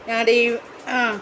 ഞങ്ങളുടെയീ ആ